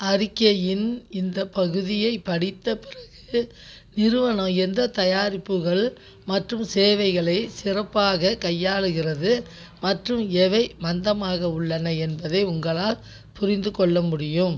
அறிக்கையின் இந்தப் பகுதியை படித்த பிறகு நிறுவனம் எந்தத் தயாரிப்புகள் மற்றும் சேவைகளைச் சிறப்பாகக் கையாளுகிறது மற்றும் எவை மந்தமாக உள்ளன என்பதை உங்களால் புரிந்துகொள்ள முடியும்